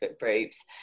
groups